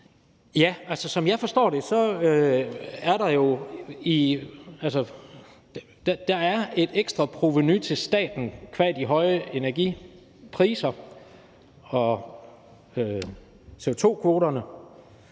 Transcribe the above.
(KD): Som jeg forstår det, er der jo et ekstra provenu til staten qua de høje energipriser og CO2-kvoterne